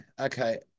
Okay